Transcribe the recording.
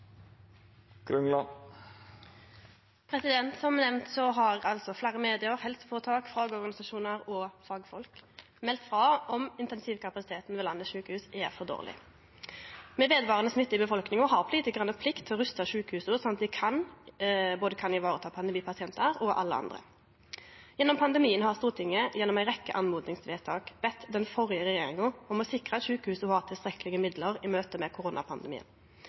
Som nemnt har altså fleire medium, helseføretak, fagorganisasjonar og fagfolk meldt frå om at intensivkapasiteten ved sjukehusa i landet er for dårleg. Ved vedvarande smitte i befolkninga har politikarane plikt til å ruste sjukehusa sånn at dei kan vareta både pandemipasientar og alle andre. Gjennom pandemien har Stortinget gjennom ei rekkje oppmodingsvedtak bedt den førre regjeringa sikre at sjukehusa har tilstrekkelege midlar i møte med